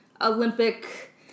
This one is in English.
Olympic